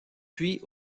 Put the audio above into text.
puis